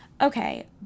okay